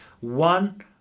one